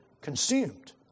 consumed